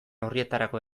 orrietarako